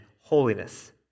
holiness